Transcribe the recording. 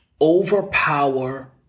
overpower